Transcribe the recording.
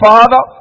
Father